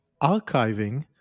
archiving